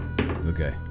Okay